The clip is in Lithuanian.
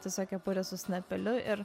tiesiog kepurė su snapeliu ir